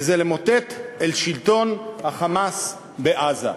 וזה למוטט את שלטון ה"חמאס" בעזה.